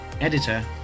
editor